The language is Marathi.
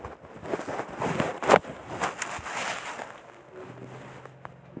डिजिटल काट्याने केलेल वजन बरोबर रायते का?